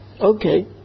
Okay